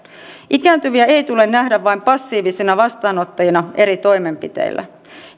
ikääntyviä ei tule nähdä vain passiivisina vastaanottajina eri toimenpiteille